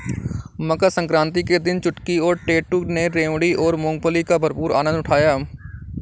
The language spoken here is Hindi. मकर सक्रांति के दिन चुटकी और टैटू ने रेवड़ी और मूंगफली का भरपूर आनंद उठाया